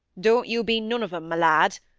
don't you be none of em, my lad.